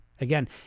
Again